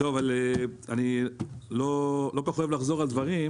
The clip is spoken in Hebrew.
אני לא כל כך אוהב לחזור על דברים,